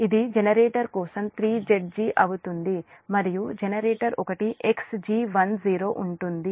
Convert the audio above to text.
ఇది జనరేటర్ కోసం 3Zg అవుతుంది మరియు జనరేటర్ 1 Xg10 ఉంటుంది